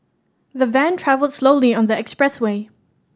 the van travelled slowly on the expressway